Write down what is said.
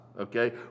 okay